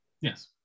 Yes